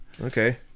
okay